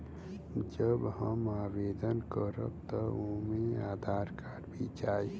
जब हम आवेदन करब त ओमे आधार कार्ड भी चाही?